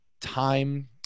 time